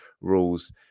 rules